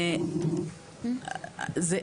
וזה,